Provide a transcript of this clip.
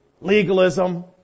Legalism